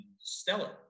stellar